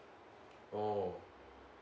oh